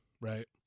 Right